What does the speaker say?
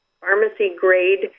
pharmacy-grade